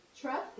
trust